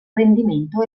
rendimento